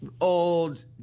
old